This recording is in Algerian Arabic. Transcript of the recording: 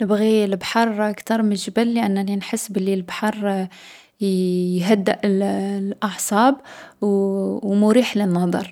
نبغي البحر كتر من الجبل لأنني نحس بلي البحر يـ يهدأ الـ الأعصاب، و مريح للنظر.